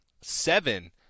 seven